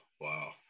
wow